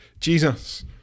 Jesus